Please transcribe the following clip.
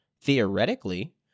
theoretically